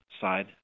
side